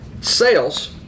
sales